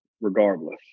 regardless